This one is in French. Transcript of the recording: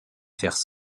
faire